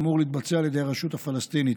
אמור להתבצע על ידי הרשות הפלסטינית.